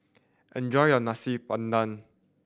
enjoy your Nasi Padang